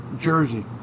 jersey